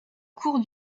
cour